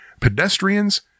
pedestrians